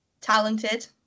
Talented